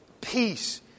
peace